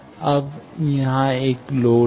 अब वहाँ एक लोड है